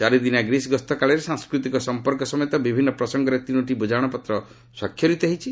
ଚାରିଦିନିଆ ଗ୍ରୀସ୍ ଗସ୍ତକାଳରେ ସାଂସ୍କୃତିକ ସମ୍ପର୍କ ସମେତ ବିଭିନ୍ନ ପ୍ରସଙ୍ଗରେ ତିନୋଟି ବୁଝାମଣାପତ୍ର ସ୍ୱାକ୍ଷରିତ ହୋଇଛି